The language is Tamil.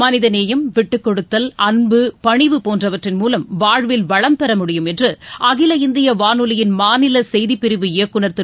மனிதநேயம் விட்டுக்கொடுத்தல் அன்பு பணிவு போன்றவற்றின் மூலம் வாழ்வில் வளம்பெற முடியும் என்று அகில இந்திய வானொலியின் மாநில செய்திப்பிரிவு இயக்குநர் திரு